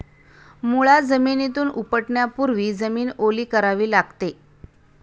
मुळा जमिनीतून उपटण्यापूर्वी जमीन ओली करावी लागते